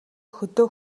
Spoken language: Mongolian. хөдөө